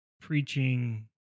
preaching